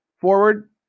forward